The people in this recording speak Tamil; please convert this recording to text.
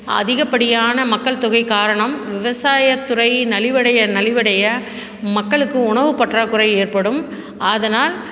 அதிகப்படியான மக்கள் தொகை காரணம் விவசாயத்துறை நலிவடைய நலிவடைய மக்களுக்கு உணவு பற்றாக்குறை ஏற்படும் அதனால்